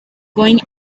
going